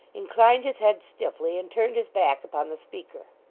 inclined his head stiffly, and turned his back upon the speaker.